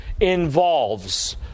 involves